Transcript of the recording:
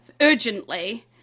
urgently